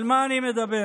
על מה אני מדבר?